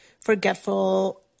forgetful